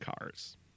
cars